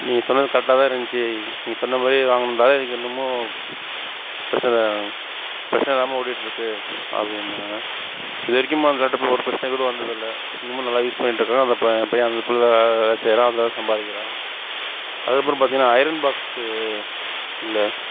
நீங்கள் சொன்னது கரெக்டாக தான் இருந்துச்சி நீங்கள் சொன்ன மாதிரியே வாங்கினதால எனக்கு இன்னமும் பிரச்சனை பிரச்சனை இல்லாமல் ஓடிட்டிருக்கு அப்படின்னாங்க இது வரைக்கும் அந்த லேப்டாப்பில் ஒரு பிரச்சனை கூட வந்ததில்லை இன்னமும் நல்லா யூஸ் பண்ணிட்டிருக்கான் அந்த ப பையன் அந்த பிள்ள வேலை செய்கிறான் அதில் தான் சம்பாதிக்கிறான் அதுக்கப்புறம் பார்த்தீங்கன்னா அயரன் பாக்ஸு இல்லை